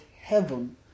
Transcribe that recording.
heaven